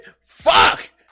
Fuck